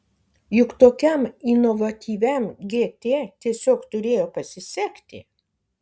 juk tokiam inovatyviam gt tiesiog turėjo pasisekti